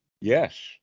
Yes